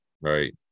Right